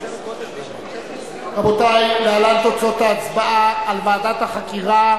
הצעת ועדת הכנסת להקים ועדת חקירה